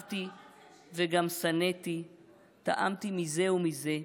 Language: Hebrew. // אהבתי, וגם שנאתי / טעמתי מזה מזה.